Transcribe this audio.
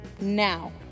now